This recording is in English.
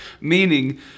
meaning